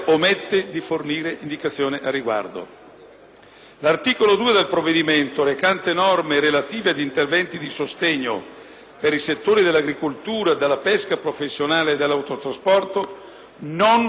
L'articolo 2 del provvedimento, recante norme relative ad interventi di sostegno per i settori dell'agricoltura, della pesca professionale e dell'autotrasporto, non contiene disposizioni aventi carattere di urgenza,